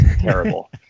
terrible